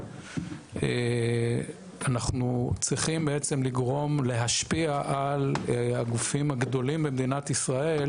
אנחנו צריכים להשפיע על הגופים הגדולים במדינת ישראל